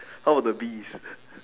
how about the bees